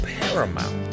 paramount